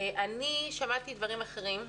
אני שמעתי דברים אחרים,